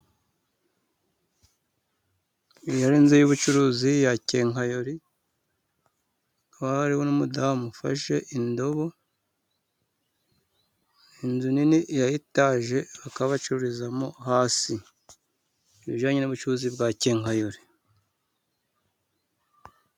Iyo n'inzu y'ubucuruzi yakenkayori, hakaba hariho n'umudamu ufashe indobo, inzu nini ya etaje bakaba bacururizamo hasi, ibijyanye n'ubucuruzi bwa kenkayori.